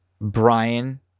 Brian